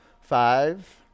Five